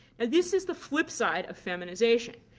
and this is the flip side of feminization.